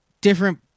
different